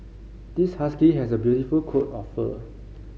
this husky has a beautiful coat of fur